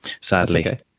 sadly